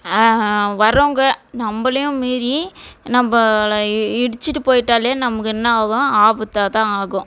வரவங்க நம்மளையும் மீறி நம்மள இ இடிச்சுட்டு போய்விட்டாலே நமக்கு என்ன ஆகும் ஆபத்தாக தான் ஆகும்